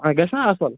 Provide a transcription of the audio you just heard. گَژھہِ نا اصٕل